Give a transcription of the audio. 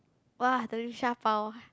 [wah] the Liu-Sha-Bao